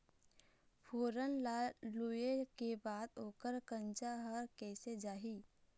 फोरन ला लुए के बाद ओकर कंनचा हर कैसे जाही?